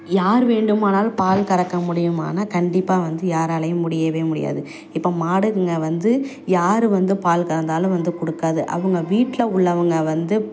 யார் வேண்டுமானாலும் பால் கறக்க முடியுமானால் கண்டிப்பாக வந்து யாராலையும் முடியவே முடியாது இப்போ மாடுங்கள் வந்து யார் வந்து பால் கறந்தாலும் வந்து கொடுக்காது அவங்க வீட்டில உள்ளவங்கள் வந்து